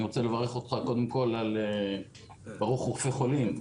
אני רוצה לברך אותך ברוך רופא חולים,